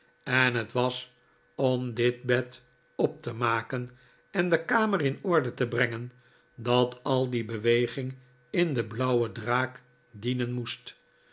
en het was om dit bed op te maken en de kamer in orde te brengen dat al die beweging in r pe blauwe draak dienen moest